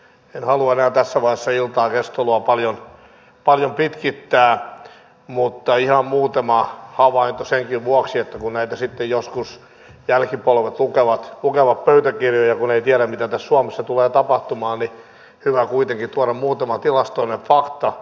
en halua enää tässä vaiheessa iltaa keskustelua paljon pitkittää mutta ihan muutama havainto senkin vuoksi että kun sitten joskus jälkipolvet lukevat näitä pöytäkirjoja ja kun ei tiedä mitä suomessa tulee tapahtumaan niin hyvä kuitenkin tuoda muutama tilastollinen fakta